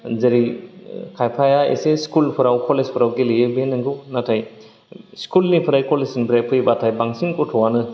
जेरै खायफाया एसे स्कुल फोराव कलेजफोराव गेलेयो बे नोंगौ नाथाय स्कुल निफ्राय कलेज निफ्राय फैबाथाय बांसिन गथ'आनो